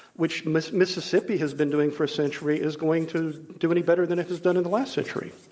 which mississippi has been doing for a century, is going to do any better than it has done in the last century.